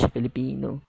Filipino